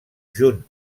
junt